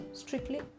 strictly